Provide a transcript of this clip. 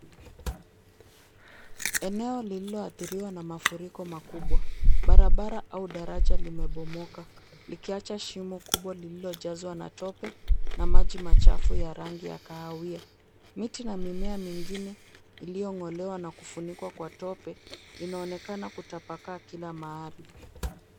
Eneo lililoathiriwa na mafuriko makubwa. Barabara au daraja limebomoka likiacha shimo kubwa lililojazwa na tope na maji machafu ya rangi ya kahawia. Miti na mimea mingine iliyong'olewa na kufunikwa kwa tope inaonekana kutapakaa kila mahali